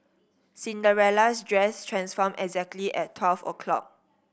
Cinderella's dress transformed exactly at twelve o'clock